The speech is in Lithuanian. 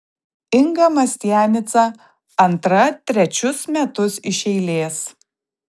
inga mastianica antra trečius metus iš eilės